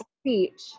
speech